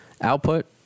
output